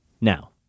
Now